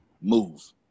Move